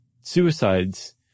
suicides